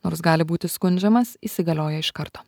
nors gali būti skundžiamas įsigalioja iš karto